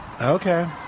Okay